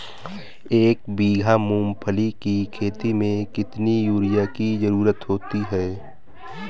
एक बीघा मूंगफली की खेती में कितनी यूरिया की ज़रुरत होती है?